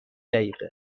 دقیقه